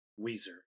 Weezer